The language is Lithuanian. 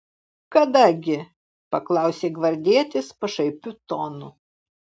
kada gi paklausė gvardietis pašaipiu tonu